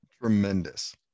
tremendous